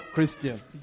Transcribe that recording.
Christians